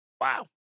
wow